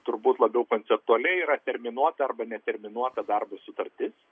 turbūt labiau konceptualiai yra terminuota arba neterminuota darbo sutartis